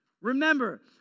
Remember